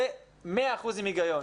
זה מאה אחוז עם הגיון.